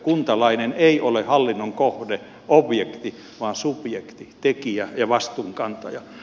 kuntalainen ei ole hallinnon kohde objekti vaan subjekti tekijä ja vastuunkantaja